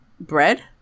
bread